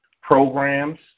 programs